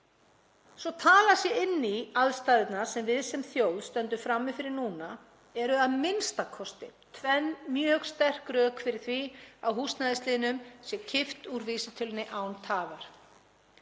Svo að talað sé inn í aðstæðurnar sem við sem þjóð stöndum frammi fyrir núna eru a.m.k. tvenn mjög sterk rök fyrir því að húsnæðisliðnum sé kippt úr vísitölunni án tafar.